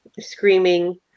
screaming